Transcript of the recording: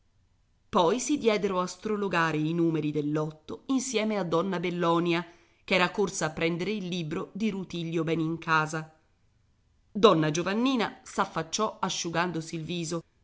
poi si diedero a strologare i numeri del lotto insieme a donna bellonia ch'era corsa a prendere il libro di rutilio benincasa donna giovannina s'affacciò asciugandosi il viso